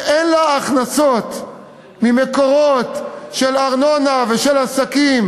שאין לה הכנסות ממקורות של ארנונה ושל עסקים,